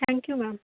thank you ma'am